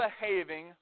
behaving